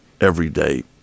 everyday